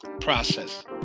process